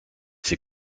ses